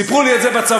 סיפרו לי את זה בצבא.